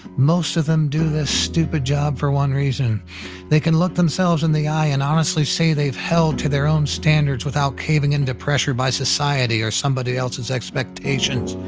most of them do this stupid job for one reason they can look themselves in the eye and honestly say they've held to their own standards without caving into pressure by society or somebody else's expectations.